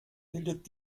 bildet